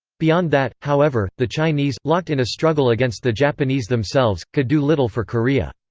beyond that, however, the chinese, locked in a struggle against the japanese themselves, could do little for korea.